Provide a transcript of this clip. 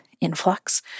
influx